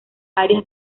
áreas